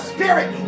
Spirit